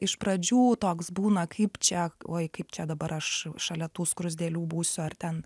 iš pradžių toks būna kaip čia oi kaip čia dabar aš šalia tų skruzdėlių būsiu ar ten